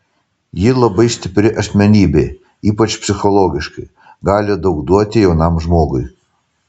ji labai stipri asmenybė ypač psichologiškai gali daug duoti jaunam žmogui